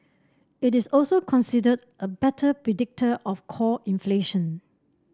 it is also considered a better predictor of core inflation